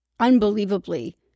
unbelievably